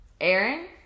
Aaron